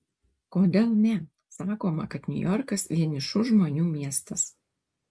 kodėl ne sakoma kad niujorkas vienišų žmonių miestas